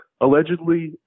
allegedly